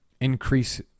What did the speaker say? increase